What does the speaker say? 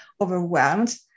overwhelmed